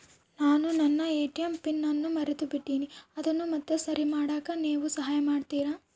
ನಾನು ನನ್ನ ATM pin ಅನ್ನು ಮರೆತುಬಿಟ್ಟೇನಿ ಅದನ್ನು ಮತ್ತೆ ಸರಿ ಮಾಡಾಕ ನೇವು ಸಹಾಯ ಮಾಡ್ತಿರಾ?